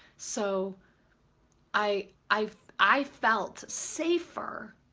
so i i i felt safer,